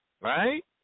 right